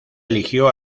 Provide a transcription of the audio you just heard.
eligió